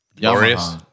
glorious